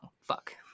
fuck